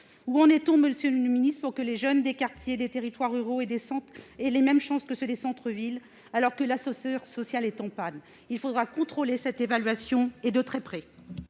Où en est-on, monsieur le ministre, des mesures visant à ce que les jeunes des quartiers et des territoires ruraux aient les mêmes chances que ceux des centres-villes, alors que l'ascenseur social est en panne ? Il faudra contrôler cette évaluation, et de très près